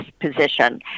position